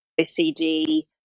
OCD